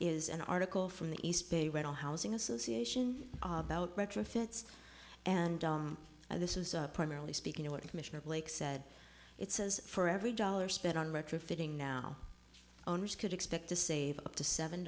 is an article from the east bay rental housing association about retrofits and this is primarily speaking of what commissioner blake said it says for every dollar spent on retrofitting now owners could expect to save up to seven